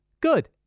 good